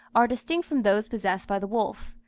are distinct from those possessed by the wolf.